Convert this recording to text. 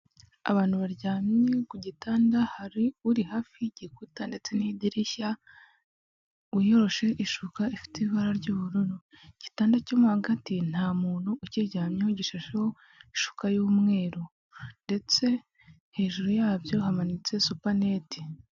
Abantu baryamye ku gitanda hari uri hafi y'igikuta ndetse n'idirishya wiyoroshe ishuka ifite ibara ry'ubururu, igitanda cyo mo hagati nta muntu ukiryamyeho gishasheho ishuka y'umweru ndetse hejuru yabyo hamanitse supaneti.